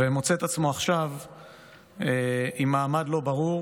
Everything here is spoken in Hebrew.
ועכשיו הוא מוצא את עצמו עם מעמד לא ברור,